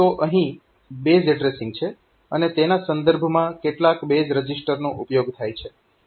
તો અહીં base addressing છે અને તેના સંદર્ભમાં કેટલાક બેઝ રજીસ્ટરનો ઉપયોગ થાય છે